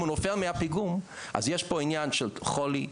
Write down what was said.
אם הוא נופל מהפיגום אז יש פה עניין של חולי,